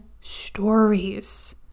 stories